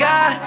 God